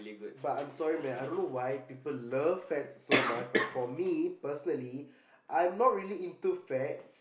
but I'm sorry man I don't know why people love fats so much but for me personally I'm not really into fats